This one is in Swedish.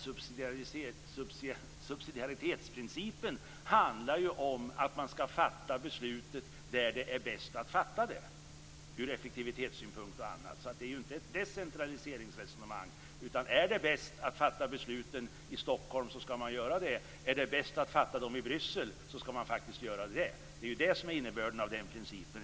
Subsidiaritetsprincipen går ut på att man skall fatta beslut där det är bäst att de fattas ur effektivitetssynpunkt osv. Det är alltså inte fråga om ett decentraliseringsresonemang. Är det bäst att fatta besluten i Stockholm, skall man också göra det, men om det är bäst att de fattas i Bryssel, skall man i stället göra det.